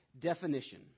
definition